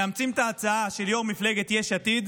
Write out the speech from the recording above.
מאמצים את ההצעה של יו"ר מפלגת יש עתיד